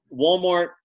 Walmart